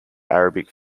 arabic